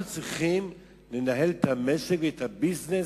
אנחנו צריכים לנהל את המשק ואת הביזנס